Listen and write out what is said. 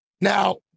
Now